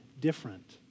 different